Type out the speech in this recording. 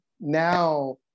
Now